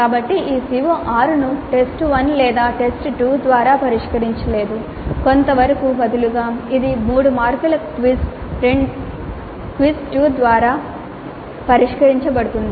కాబట్టి ఈ CO6 ను టెస్ట్ 1 లేదా టెస్ట్ 2 ద్వారా పరిష్కరించలేదు కొంతవరకు బదులుగా ఇది 3 మార్కులకు క్విజ్ 2 ద్వారా పరిష్కరించబడుతుంది